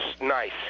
nice